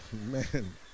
man